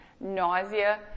nausea